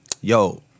yo